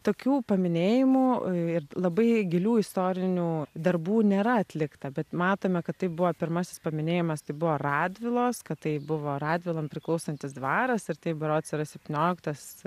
tokių paminėjimų ir labai gilių istorinių darbų nėra atlikta bet matome kad tai buvo pirmasis paminėjimas tai buvo radvilos kad tai buvo radvilom priklausantis dvaras ir tai berods yra septynioliktas